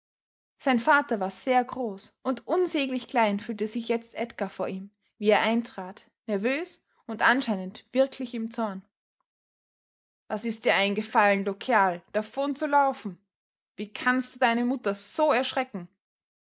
sein vater war sehr groß und unsäglich klein fühlte sich jetzt edgar vor ihm wie er eintrat nervös und anscheinend wirklich im zorn was ist dir eingefallen du kerl davonzulaufen wie kannst du deine mutter so erschrecken